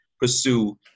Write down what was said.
pursue